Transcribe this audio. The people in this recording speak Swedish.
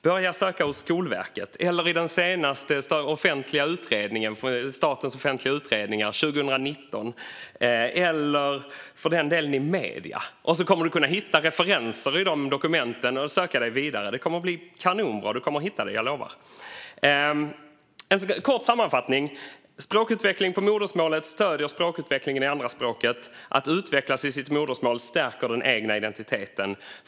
Börja söka hos Skolverket eller i den senaste av statens offentliga utredningar om detta från 2019! Han kan även söka i medierna. Då kommer han att hitta referenser i dessa dokument och kunna söka sig vidare. Det kommer att bli kanonbra. Jag lovar att han kommer att hitta det. Låt mig göra en kort sammanfattning. Språkutveckling på modersmålet stöder språkutvecklingen i andraspråket. Att utvecklas i sitt modersmål stärker den egna identiteten.